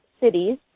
cities